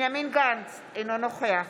בנימין גנץ, אינו נוכח